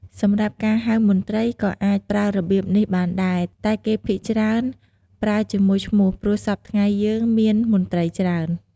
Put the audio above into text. សម្រាប់ការហៅមន្រ្តីក៏អាចប្រើរបៀបនេះបានដែល តែគេភាគច្រើនប្រើជាមួយឈ្មោះព្រោះសព្វថ្ងៃយើងមានមន្រ្តីច្រើន។